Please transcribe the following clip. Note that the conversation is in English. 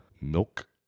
milk